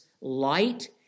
light